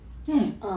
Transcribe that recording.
eh